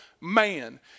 man